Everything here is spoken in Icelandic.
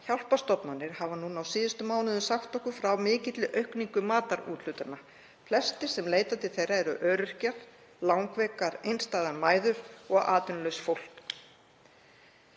Hjálparstofnanir hafa núna á síðustu mánuðum sagt okkur frá mikilli aukningu matarúthlutana. Flestir sem leitar til þeirra eru öryrkjar, langveikar, einstæðar mæður og atvinnulaust fólk.